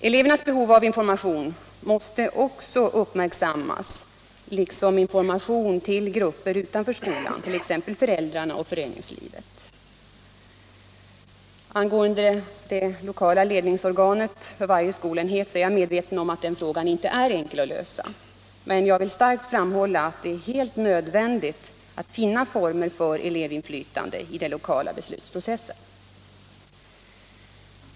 Elevernas behov av information måste också uppmärksammas, liksom informationen till grupper utanför skolan, t.ex. föräldrarna och föreningslivet. Jag är medveten om att frågan om det lokala ledningsorganet för varje skolenhet inte är enkel att lösa, men jag vill starkt betona att det är 181 helt nödvändigt att finna former för elevinflytande i den lokala beslutsprocessen.